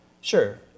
Sure